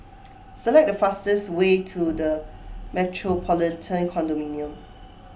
select the fastest way to the Metropolitan Condominium